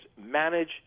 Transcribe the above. manage